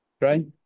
right